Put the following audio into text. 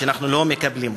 שאנחנו לא מקבלים אותה,